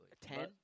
Ten